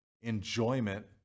enjoyment